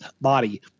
body